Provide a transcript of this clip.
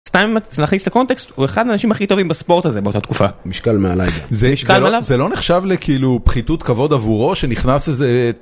סתם להכניס לקונטקסט - הוא אחד מהאנשים הכי טובים בספורט הזה באותה תקופה משקל מעלי גם זה לא נחשב לכאילו פחיתות כבוד עבורו שנכנס איזה.